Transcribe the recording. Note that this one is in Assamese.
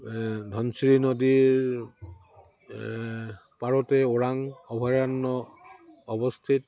ধনশিৰি নদীৰ পাৰতে ওৰাং অভয়াৰণ্য অৱস্থিত